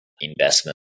investment